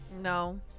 No